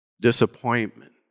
disappointment